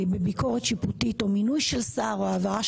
בביקורת שיפוטית או מינוי של שר או העברה